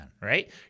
right